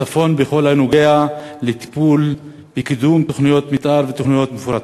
צפון בכל הנוגע לטיפולה בקידום תוכניות מתאר ותוכניות מפורטות.